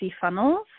funnels